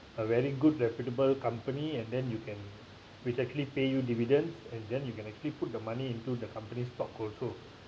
a very good reputable company and then you can which actually pay you dividend and then you can actually put the money into the company's stock also